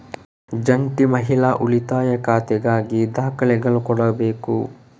ಜಂಟಿ ಮಹಿಳಾ ಉಳಿತಾಯ ಖಾತೆಗಾಗಿ ದಾಖಲೆಗಳು ಕೊಡಬೇಕು